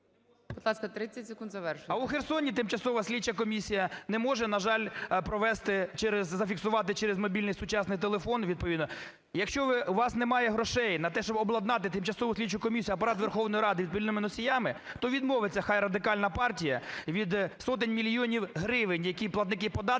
А у Херсоні тимчасова слідча комісія не може, на жаль, провести через, зафіксувати через мобільний сучасний телефон, відповідно. Якщо у вас немає грошей на те, щоб обладнати тимчасову слідчу комісію Апарату Верховної Ради відповідними носіями, то відмовиться хай Радикальна партія від сотень мільйонів гривень, які платники податків